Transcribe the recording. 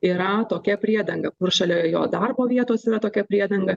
yra tokia priedanga kur šalia jo darbo vietos yra tokia priedanga